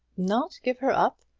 not give her up!